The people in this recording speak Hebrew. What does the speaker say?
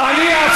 מה טעון?